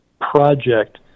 project